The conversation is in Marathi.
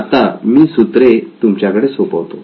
आता मी सूत्रे तुमच्याकडे सोपवतो